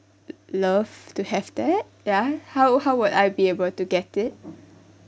love to have that ya how how would I be able to get it